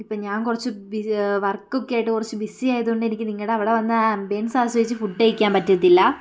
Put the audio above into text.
ഇപ്പം ഞാൻ കുറച്ച് ബി വർക്കൊക്കെ ആയിട്ട് കുറച്ച് ബിസി ആയതുകൊണ്ട് എനിക്ക് നിങ്ങളുടെ അവിടെ വന്ന് ആ ആംബിയൻസ് ആസ്വദിച്ച് ഫുഡ് കഴിക്കാൻ പറ്റത്തില്ല